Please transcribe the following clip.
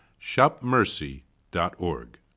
shopmercy.org